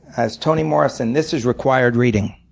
as tony morrison, this is required reading.